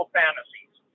fantasies